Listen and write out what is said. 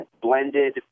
blended